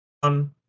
one